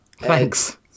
Thanks